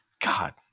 God